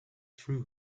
threw